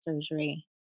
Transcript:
surgery